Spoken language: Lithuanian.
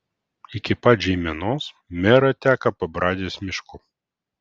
iki pat žeimenos mera teka pabradės mišku